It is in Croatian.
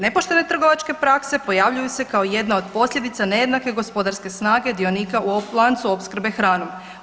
Nepoštene trgovačke prakse pojavljuju se kao jedna od posljedica nejednake gospodarske snage dionika u lancu opskrbe hranom.